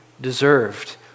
deserved